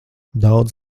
daudz